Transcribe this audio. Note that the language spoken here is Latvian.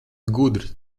gudrs